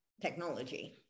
technology